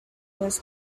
was